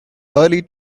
early